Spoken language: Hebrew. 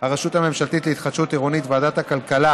הרשות הממשלתית להתחדשות עירונית וועדת הכלכלה,